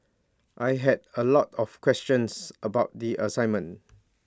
I had A lot of questions about the assignment